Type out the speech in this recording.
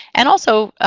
and also